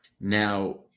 Now